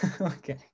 Okay